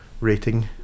rating